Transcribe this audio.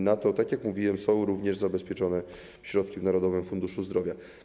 Na to, tak jak mówiłem, są również zabezpieczone środki w Narodowym Funduszu Zdrowia.